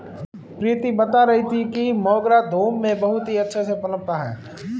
प्रीति बता रही थी कि मोगरा धूप में बहुत ही अच्छे से पनपता है